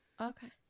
Okay